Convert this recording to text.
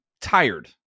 tired